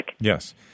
Yes